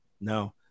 No